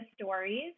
stories